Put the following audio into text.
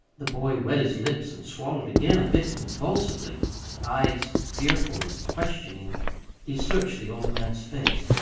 the boy wet his lips and swallowed again a bit convulsively. with eyes fearful and questioning he searched the old man's face.